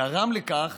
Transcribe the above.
גרם לכך